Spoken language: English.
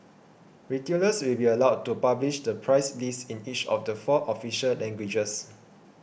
retailers will be allowed to publish the price list in each of the four official languages